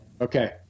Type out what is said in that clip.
Okay